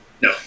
No